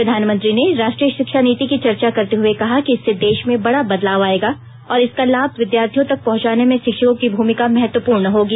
प्रधानमंत्री ने राष्ट्रीय शिक्षा नीति की चर्चा करते हुए कहा कि इससे देश में बड़ा बदलाव आयेगा और इसका लाभ विद्यार्थियों तक पहुंचाने में शिक्षकों की भूमिका महत्वपूर्ण होगी